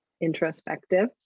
introspective